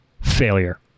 failure